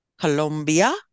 Colombia